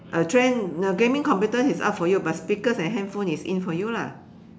a trend the gaming computers is out for you but speakers and handphones is in for you lah